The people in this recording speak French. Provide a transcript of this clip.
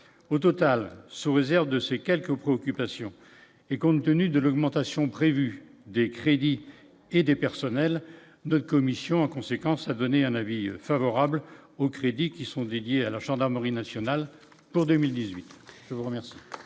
au total sauveur de ces quelques préoccupations et compte tenu de l'augmentation prévue des crédits et des personnels de commissions en conséquence, a donné un avis favorable au crédit qui sont dédiés à la gendarmerie nationale pour 2018, je vous remercie.